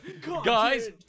Guys